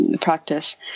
practice